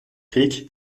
creek